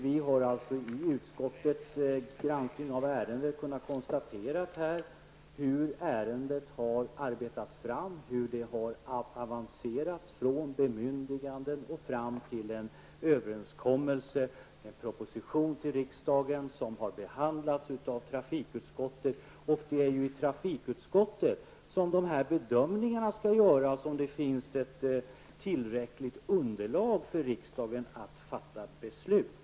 Under utskottets granskning har vi kunnat följa hur ärendet har arbetats fram och hur det har avancerat från bemyndigandet, till en överenskommelse och fram till en proposition till riksdagen som har behandlats av trafikutskottet. Det är i trafikutskottet som man har att bedöma om det finns ett tillräckligt underlag för att riksdagen skall kunna fatta beslut.